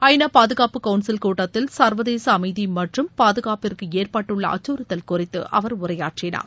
ஐநா பாதுகாப்பு கவுன்சில் கூட்டத்தில் சர்வதேச அமைதி மற்றும் பாதுகாப்பிற்கு ஏற்பட்டுள்ள அச்சுறுத்தல் குறித்து அவர் உரையாற்றினார்